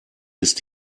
ist